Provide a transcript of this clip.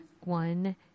one